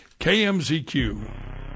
KMZQ